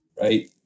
Right